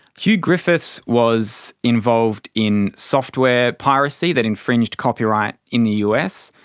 hew griffiths was involved in software piracy that infringed copyright in the us.